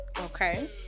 Okay